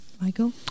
Michael